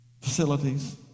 facilities